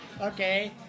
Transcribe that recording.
okay